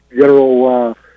general